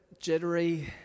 jittery